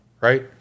right